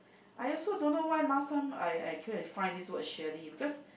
I also don't know why last time I I couldn't find this word Sherry just